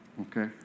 Okay